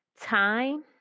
time